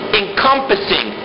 encompassing